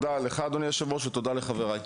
לקדם וליישם אותן על מנת לפתור את הבעיה הזו.